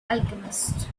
alchemist